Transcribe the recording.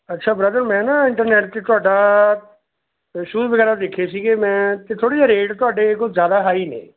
ਅੱਛਾ ਬ੍ਰਦਰ ਮੈਂ ਨਾ ਇੰਟਰਨੈਟ 'ਤੇ ਤੁਹਾਡਾ ਅ ਸ਼ੂਜ ਵਗੈਰਾ ਦੇਖੇ ਸੀਗੇ ਮੈਂ ਅਤੇ ਥੋੜ੍ਹੇ ਜਿਹੇ ਰੇਟ ਤੁਹਾਡੇ ਕੁਛ ਜ਼ਿਆਦਾ ਹਾਈ ਨੇ